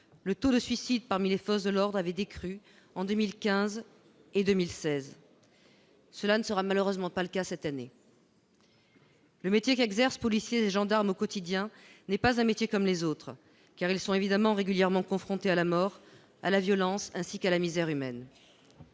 le taux de suicide parmi les forces de l'ordre a décru en 2015 et 2016. Cela ne sera malheureusement pas le cas cette année. Le métier qu'exercent policiers et gendarmes au quotidien n'est pas un métier comme les autres, car ceux-ci sont évidemment régulièrement confrontés à la mort, à la violence, ainsi qu'à la misère humaine.